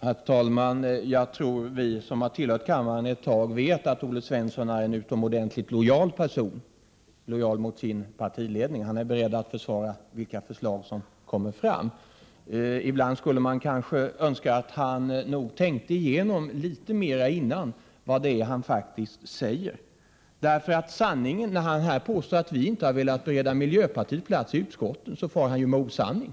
Herr talman! Jag tror att vi som tillhört kammaren ett tag vet att Olle Svensson är en utomordentligt lojal person — lojal mot sin partiledning. Han är beredd att försvara vilka förslag som än kommer fram. Ibland skulle man kanske önska att han litet mera tänkte igenom vad det faktiskt är han säger. När han här påstår att vi inte velat bereda miljöpartiet plats i utskotten far han ju med osanning.